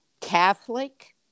Catholic